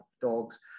dogs